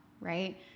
right